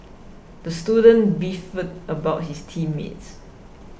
the student beefed about his team mates